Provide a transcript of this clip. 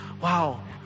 Wow